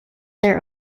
their